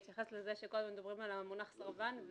כל הזמן מדברים עלה מונח סרבן,